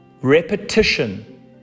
Repetition